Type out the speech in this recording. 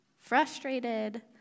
frustrated